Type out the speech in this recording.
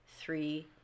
three